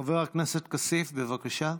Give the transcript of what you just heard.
חבר הכנסת כסיף, בבקשה.